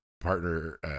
partner